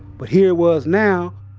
but here it was now.